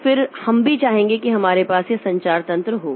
तो फिर हम भी चाहेंगे कि हमारे पास यह संचार तंत्र हो